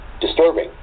disturbing